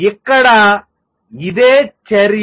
ఇక్కడ ఇదే చర్య